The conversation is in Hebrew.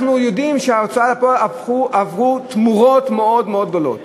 אנחנו יודעים שההוצאה לפועל עברה תמורות מאוד גדולות.